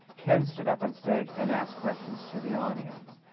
ken stood up on stage and asked questions to the audience.